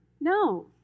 No